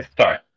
Sorry